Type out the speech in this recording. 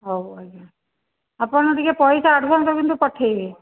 ହଉ ଆଜ୍ଞା ଆପଣ ଟିକେ ପଇସା ଆଡ଼ଭାନ୍ସ କିନ୍ତୁ ପଠାଇବେ